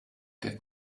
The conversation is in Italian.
che